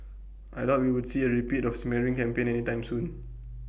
I doubt we would see A repeat of A smearing campaign any time soon